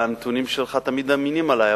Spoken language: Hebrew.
הנתונים שלך תמיד אמינים עלי,